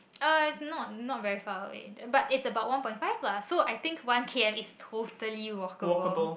uh it's not not very far away but it's about one point five lah so I think one K_M is totally walkable